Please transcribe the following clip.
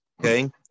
Okay